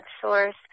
source